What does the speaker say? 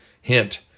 Hint